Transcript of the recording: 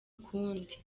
ukundi